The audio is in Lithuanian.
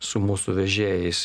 su mūsų vežėjais